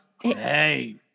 Hey